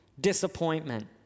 Disappointment